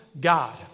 God